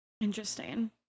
Interesting